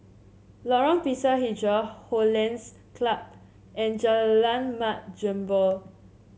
Lorong Pisang hijau Hollandse Club and Jalan Mat Jambol